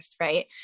Right